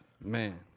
man